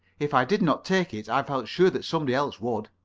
if i did not take it, i felt sure that somebody else would.